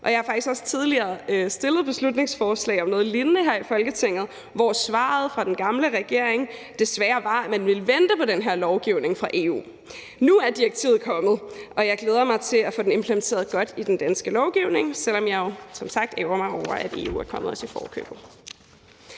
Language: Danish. også tidligere fremsat et beslutningsforslag om noget lignende her i Folketinget, hvor svaret fra den gamle regering desværre var, at man ville vente på den her lovgivning fra EU. Nu er direktivet kommet, og jeg glæder mig til at få det implementeret godt i den danske lovgivning, selv om jeg jo som sagt ærgrer mig over, at EU er kommet os i forkøbet.